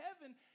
heaven